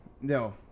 No